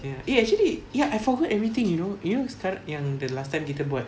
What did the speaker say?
ya eh actually ya I forgot everything you know you know sekara~ yang the last time kita buat